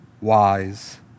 wise